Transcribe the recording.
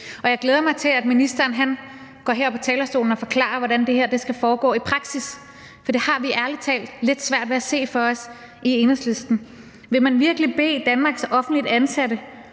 Jeg glæder mig til, at ministeren kommer herop på talerstolen og forklarer, hvordan det her skal foregå i praksis, for det har vi ærlig talt lidt svært ved at se for os i Enhedslisten. Vil man virkelig bede Danmarks offentligt ansatte